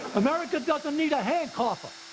america doesn't need a hand cougher.